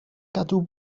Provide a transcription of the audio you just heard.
gadw